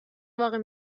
واقع